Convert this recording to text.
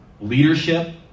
leadership